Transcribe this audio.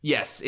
Yes